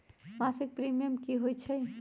मासिक प्रीमियम की होई छई?